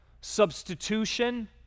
substitution